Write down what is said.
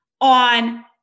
on